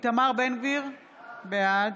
איתמר בן גביר, בעד